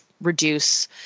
reduce